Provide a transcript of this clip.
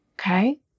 Okay